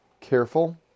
careful